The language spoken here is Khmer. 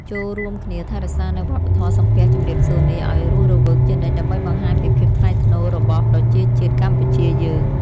ចូររួមគ្នាថែរក្សានូវវប្បធម៌សំពះជម្រាបសួរនេះឱ្យរស់រវើកជានិច្ចដើម្បីបង្ហាញពីភាពថ្លៃថ្នូររបស់ប្រជាជាតិកម្ពុជាយើង។